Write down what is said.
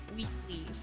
weekly